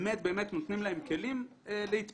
באמת נותנים להם כלים להתפתח.